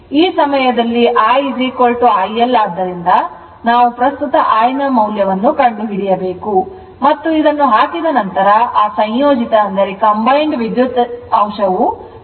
ಈ ಸಮಯದಲ್ಲಿ I IL ಆದ್ದರಿಂದ ನಾವು ಪ್ರಸ್ತುತ I ನ ಮೌಲ್ಯವನ್ನು ಕಂಡುಹಿಡಿಯಬೇಕು ಮತ್ತು ಇದನ್ನು ಹಾಕಿದ ನಂತರ ಆ ಸಂಯೋಜಿತ ವಿದ್ಯುತ್ ಅಂಶವು 0